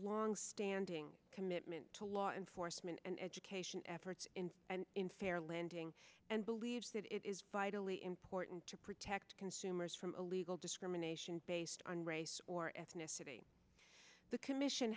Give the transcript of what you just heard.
long standing commitment to law enforcement and education efforts and in fair lending and believes that it is vitally important to protect consumers from illegal discrimination based on race or ethnicity the commission